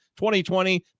2020